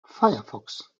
firefox